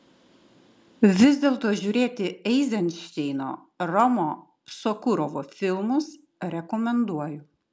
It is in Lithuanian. vis dėlto žiūrėti eizenšteino romo sokurovo filmus rekomenduoju